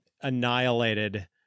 annihilated